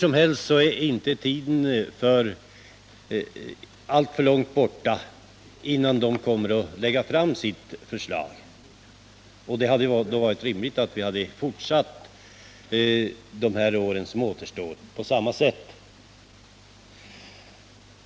Tidpunkten då beredningen kommer att lägga fram sitt förslag är inte alltför avlägsen, och det hade varit befogat att vi de år som återstår hade fortsatt på samma sätt som tidigare.